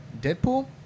Deadpool